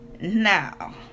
Now